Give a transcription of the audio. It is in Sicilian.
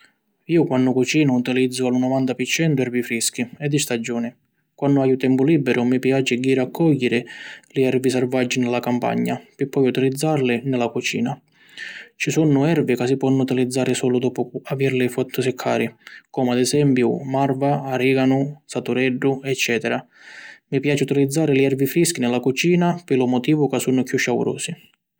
Iu quannu cucinu utilizzu a lu novanta pi centu ervi frischi e di stagiuni. Quannu haiu tempu liberu mi piaci jiri a cogghiri li ervi sarvaggi ni la campagna pi poi utilizzarli ni la cucina. Ci sunnu ervi ca si ponnu utilizzari sulu doppu avirli fattu siccari comu ad esempiu: Marva, Ariganu, Satureddu, eccetera. Mi piaci utilizzari li ervi frischi ni la cucina pi lu motivu ca sunnu chiù ciaurusi.